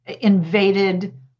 invaded